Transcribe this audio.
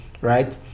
right